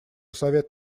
совет